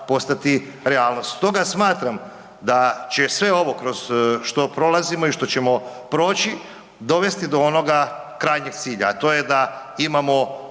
Stoga smatram da će sve ovo kroz što prolazimo i što ćemo proći dovesti do onoga krajnjeg cilja, a to je da imamo